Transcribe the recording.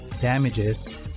damages